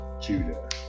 Judah